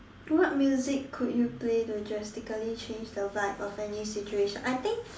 what music could you play to drastically change the vibe of any situation I think